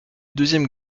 deuxième